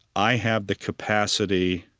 i have the capacity